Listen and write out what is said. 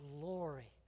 glory